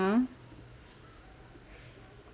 mmhmm